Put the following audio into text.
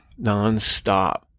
nonstop